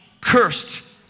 Cursed